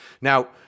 Now